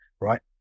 right